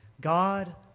God